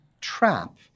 trap